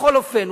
בכל אופן,